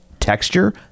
Texture